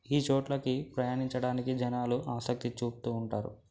ఈ చోట్లకి ప్రయాణించడానికి జనాలు ఆసక్తి చూపుతు ఉంటారు